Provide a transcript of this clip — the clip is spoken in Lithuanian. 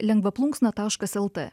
lengva plunksna taškas lt